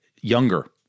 Younger